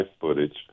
footage